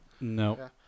No